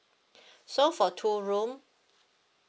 so for two room